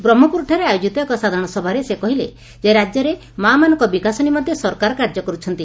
ବ୍ରହ୍କପୁରଠାରେ ଆୟୋଜିତ ଏକ ସାଧାରଣ ସଭାରେ ସେ କହିଲେ ଯେ ରାକ୍ୟରେ ମାମାନଙ୍ଙ ବିକାଶ ନିମନ୍ତେ ସରକାର କାର୍ଯ୍ୟ କରୁଛନ୍ତି